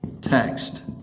text